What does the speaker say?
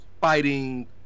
fighting